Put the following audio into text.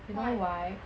why